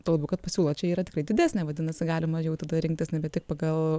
tuo labiau kad pasiūla čia yra tikrai didesnė vadinasi galima jau tada rinktis ne tik pagal